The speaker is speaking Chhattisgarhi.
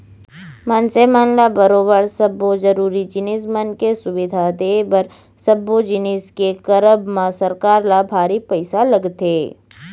मनसे मन ल बरोबर सब्बो जरुरी जिनिस मन के सुबिधा देय बर सब्बो जिनिस के करब म सरकार ल भारी पइसा लगथे